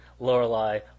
Lorelai